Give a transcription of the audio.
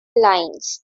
lines